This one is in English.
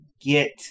get